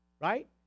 right